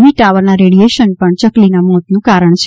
વી ટાવરના રેડિએશન પણ ચકલીના મોતનું કારણ છે